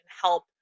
help